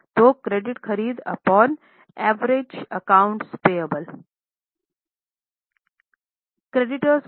तो क्रेडिट खरीद upon average account payable